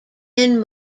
ian